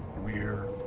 we're.